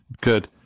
Good